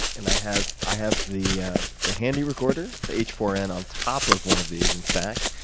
and i have i have the ah the handy recorder, the h four n on top of one of these, in fact.